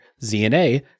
ZNA